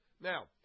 Now